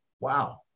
Wow